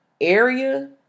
area